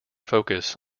focus